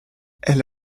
elle